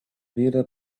builder